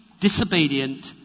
disobedient